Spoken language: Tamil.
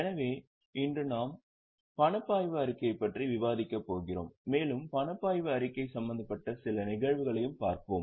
எனவே இன்று நாம் பணப்பாய்வு அறிக்கையைப் பற்றி விவாதிக்கப் போகிறோம் மேலும் பணப்பாய்வு அறிக்கை சம்பந்தப்பட்ட சில நிகழ்வுகளையும் பார்ப்போம்